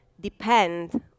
depend